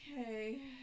Okay